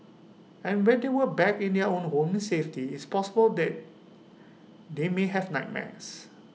and when they were back in their own home in safety it's possible that they may have nightmares